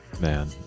man